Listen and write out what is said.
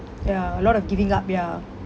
ya a lot of giving up ya